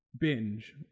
binge